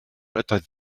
ydoedd